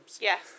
Yes